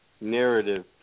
Narrative